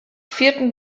vierten